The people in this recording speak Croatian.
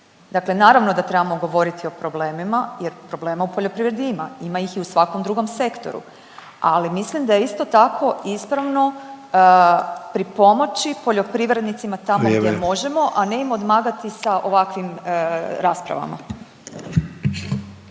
Dakle, naravno da trebamo govoriti o problemima jer problema u poljoprivredi ima, ima ih i u svakom drugom sektoru, ali mislim da je isto tako ispravno pripomoći poljoprivrednicima…/Upadica Sanader: Vrijeme./…tamo gdje možemo, a ne im odmagati sa ovakvim raspravama.